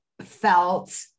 felt